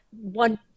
one-